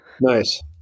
nice